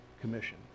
Commission